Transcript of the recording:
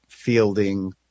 Fielding